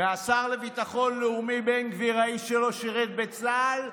מהשר לביטחון לאומי בן גביר, האיש שלא שירת בצה"ל,